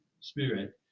spirit